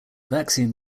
vaccine